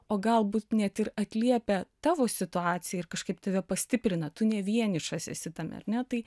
o galbūt net ir atliepia tavo situaciją ir kažkaip tave pastiprina tu ne vienišas esi tame ar ne tai